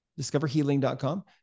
discoverhealing.com